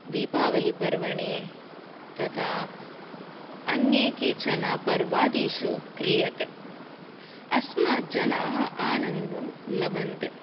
दीपावली पर्वणे तथा अन्ये केचन पर्वादीषु क्रियते अस्मात् जनाः आनन्दं लभन्ते